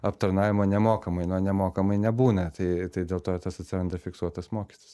aptarnavimo nemokamai na nemokamai nebūna tai tai dėl to tas atsiranda fiksuotas mokestis